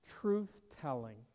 Truth-telling